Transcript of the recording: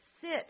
sit